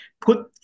put